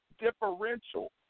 differential